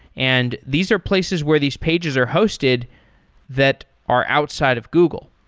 and these are places where these pages are hosted that are outside of google.